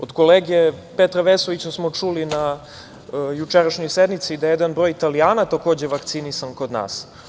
Od kolege Petra Vesovića smo čuli na jučerašnjoj sednici da jedan broj Italijana takođe je vakcinisan kod nas.